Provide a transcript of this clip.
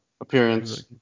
appearance